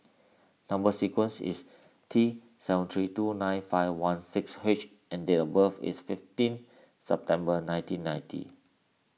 Number Sequence is T seven three two nine five one six H and date of birth is fifteen September nineteen ninety